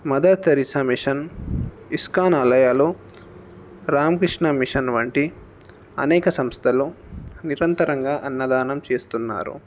mother Teresa mission ISKCON ఆలయాలు Ramakrishna mission వంటి అనేక సంస్థలు నిరంతరంగా అన్నదానం చేస్తున్నారు